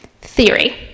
theory